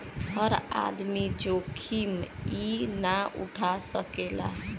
हर आदमी जोखिम ई ना उठा सकेला